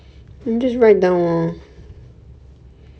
ya they will tell me